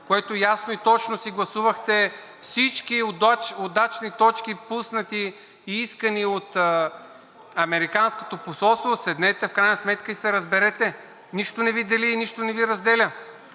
което ясно и точно си гласувахте всички удачни точки, пуснати и искани от Американското посолство – седнете в крайна сметка и се разберете. Нищо не Ви дели и нищо не Ви разделя.